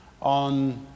on